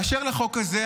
באשר לחוק הזה,